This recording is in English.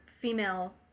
female